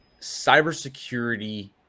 cybersecurity